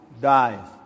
dies